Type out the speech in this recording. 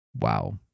Wow